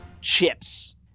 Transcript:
chips